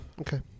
Okay